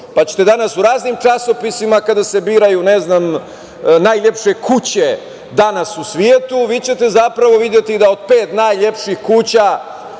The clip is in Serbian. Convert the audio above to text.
pa ćete danas u raznim časopisima kada se biraju, ne znam, najlepše kuće danas u svetu vi ćete zapravo videti da od pet najlepših kuća